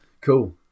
cool